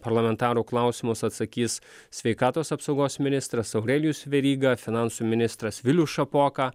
parlamentarų klausimus atsakys sveikatos apsaugos ministras aurelijus veryga finansų ministras vilius šapoka